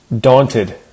daunted